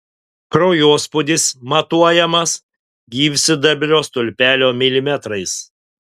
kraujospūdis matuojamas gyvsidabrio stulpelio milimetrais